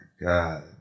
god